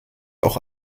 auch